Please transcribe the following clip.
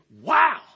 wow